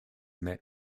met